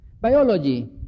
Biology